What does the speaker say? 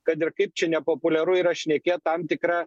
kad ir kaip čia nepopuliaru yra šnekėt tam tikra